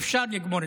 אולי,